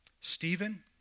Stephen